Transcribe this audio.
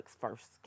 first